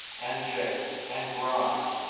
and jays, and grinds,